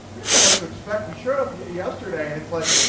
know what to expect. we showed up yesterday, and it's like,